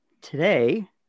Today